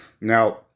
Now